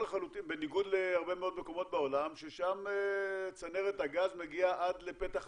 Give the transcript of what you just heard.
בניגוד להרבה מאוד מקומות בעולם ששם צנרת הגז מגיעה עד פתח הבית.